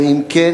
2. אם כן,